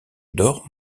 dors